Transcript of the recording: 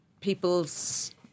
people's